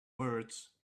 words